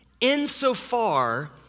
insofar